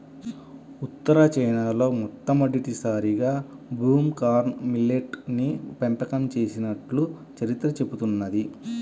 ఉత్తర చైనాలో మొదటిసారిగా broom corn millet ని పెంపకం చేసినట్లు చరిత్ర చెబుతున్నది